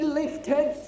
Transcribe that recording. lifted